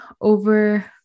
over